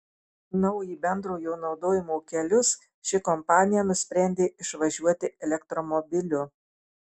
na o į bendrojo naudojimo kelius ši kompanija nusprendė išvažiuoti elektromobiliu